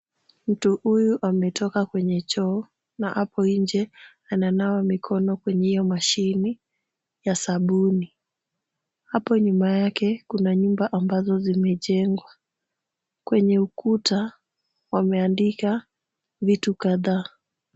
Mtu huyu ametoka kwenye choo na hapo nje ananawa mikono kwenye hiyo mashine ya sabuni. Hapo nyuma yake kuna nyumba ambazo zimejengwa. Kwenye ukuta wameandika vitu kadhaa.